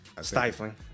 stifling